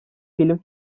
film